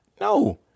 No